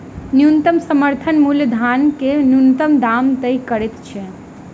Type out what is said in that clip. न्यूनतम समर्थन मूल्य धान के न्यूनतम दाम तय करैत अछि